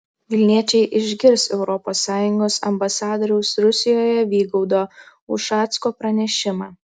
vilniečiai išgirs europos sąjungos ambasadoriaus rusijoje vygaudo ušacko pranešimą